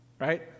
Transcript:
right